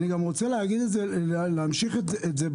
אני אסביר, אוקיי.